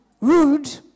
rude